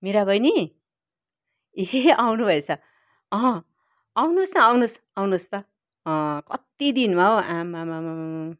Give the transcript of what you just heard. मिरा बहिनी ए आउनु भएछ आउनुहोस् न आउनुहोस् आउनुहोस् त कति दिनमा हौ आम्मै हो